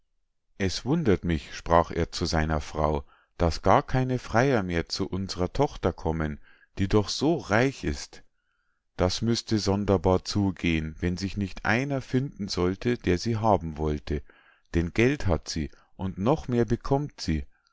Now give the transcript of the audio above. es wundert mich sprach er zu seiner frau daß gar keine freier mehr zu unsrer tochter kommen die doch so reich ist das müßte sonderbar zugehen wenn sich nicht einer finden sollte der sie haben wollte denn geld hat sie und noch mehr bekommt sie